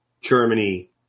Germany